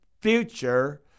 future